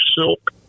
silk